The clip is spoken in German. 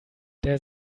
der